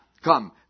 come